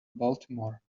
baltimore